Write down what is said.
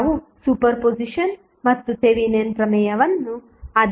ನಾವು ಸೂಪರ್ಪೋಸಿಷನ್ ಮತ್ತು ಥೆವೆನಿನ್ ಪ್ರಮೇಯವನ್ನು ಅಧ್ಯಯನ ಮಾಡಿದ್ದೇವೆ